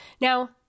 Now